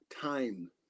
time